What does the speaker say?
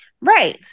Right